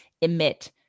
emit